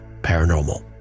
paranormal